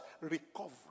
Recovery